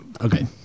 okay